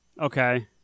Okay